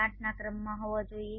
8 ના ક્રમમાં હોવા જોઈએ